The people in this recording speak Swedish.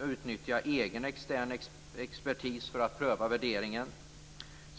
utnyttja egen extern expertis för att pröva värderingen.